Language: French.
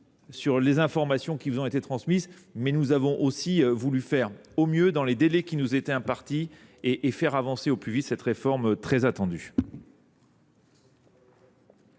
de la commission, elles sont légitimes, mais nous avons voulu faire au mieux dans les délais qui nous étaient impartis et faire avancer au plus vite cette réforme très attendue.